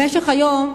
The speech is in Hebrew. במשך היום,